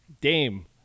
Dame